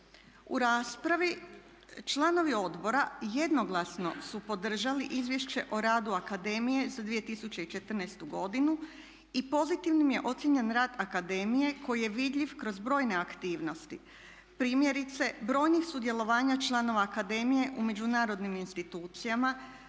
U raspravi članovi odbora jednoglasno su podržali Izvješće o radu akademije za 2014. godinu i pozitivnim je ocijenjen rad akademije koji je vidljiv kroz brojne aktivnosti, primjerice brojnih sudjelovanja članova akademije u međunarodnim institucijama,